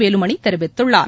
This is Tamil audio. வேலுமணி தெரிவித்துள்ளார்